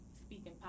speaking